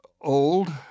old